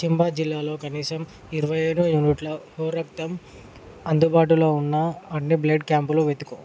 చంబా జిల్లాలో కనీసం ఇరవైఏడు యూనిట్ల ఓరక్తం అందుబాటులో ఉన్న అన్ని బ్లడ్ క్యాంపులు వెతుకు